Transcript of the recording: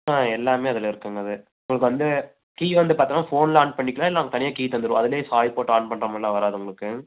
ஆ எல்லாமே அதில் இருக்கு மேம் அது உங்களுக்கு வந்து கீ வந்த பார்த்திங்கனா ஃபோனில் ஆன் பண்ணிக்கலாம் இல்லைன்னா நாங்கள் தனியாக கீ தந்துருவோம் அதுல சாவி போட்டு ஆன் பண்ணுறமாரிலாம் வராது உங்களுக்கு